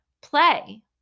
play